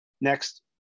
next